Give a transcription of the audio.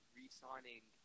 re-signing